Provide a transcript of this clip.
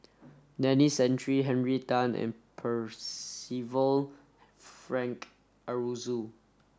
Denis Santry Henry Tan and Percival Frank Aroozoo